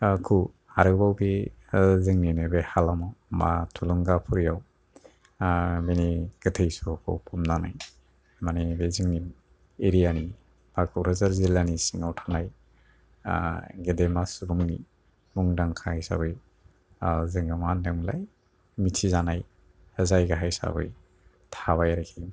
खौ आरोबाव बे जोंनिनो बे हालामाव मा थुलुंगा फुरिआव बेनि गोथै सह'खौ फबनानै मानि बे जोंनि एरियानि बा क'क्राझार जिल्लानि सिङाव थानाय गेदेमा सुबुंनि मुंदांखा हिसाबै जोंनाव मा मोनदोंमोन लाय मिथिजानाय जायगा हिसाबै थाबाय आरोखि